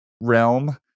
realm